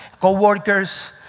co-workers